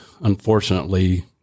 unfortunately